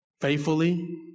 Faithfully